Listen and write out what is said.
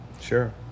Sure